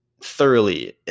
thoroughly